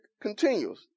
continues